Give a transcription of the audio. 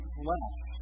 flesh